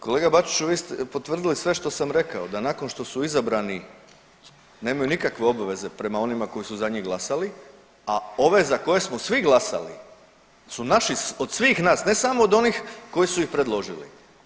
Kolega Bačiću vi ste mi potvrdili sve što sam rekao da nakon što su izabrani nemaju nikakve obaveze prema onima koji su za njih glasali, a ove za koje smo svi glasali su naši od svih nas, ne samo od onih koji su ih predložili.